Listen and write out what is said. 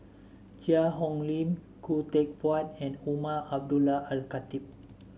Cheang Hong Lim Khoo Teck Puat and Umar Abdullah Al Khatib